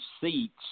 seats